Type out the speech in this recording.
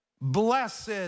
Blessed